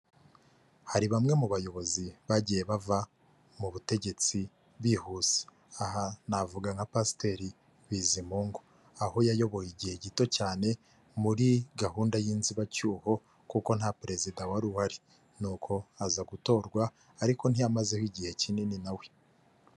Hari bamwe mu bayobozi bagiye bava mu butegetsi bihuse, aha navuga nka Pasiteri Bizimungu aho yayoboye igihe gito cyane muri gahunda y'inzibacyuho kuko nta perezida wari uhari ni uko aza gutorwa ariko ntiyamazeho igihe kinini nawe.